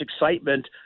excitement